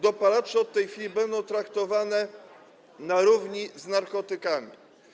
Dopalacze od tej chwili będą traktowane na równi z narkotykami.